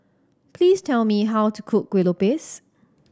please tell me how to cook Kueh Lopes